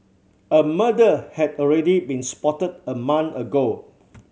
a murder had already been spotted a month ago